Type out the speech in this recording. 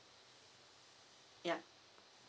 ya